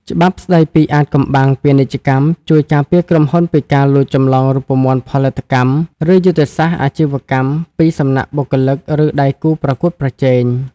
ច្បាប់ស្ដីពីអាថ៌កំបាំងពាណិជ្ជកម្ម ជួយការពារក្រុមហ៊ុនពីការលួចចម្លងរូបមន្តផលិតកម្ម ឬយុទ្ធសាស្ត្រអាជីវកម្មពីសំណាក់បុគ្គលិក ឬដៃគូប្រកួតប្រជែង។